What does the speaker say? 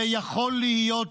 זה יכול להיות,